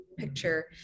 picture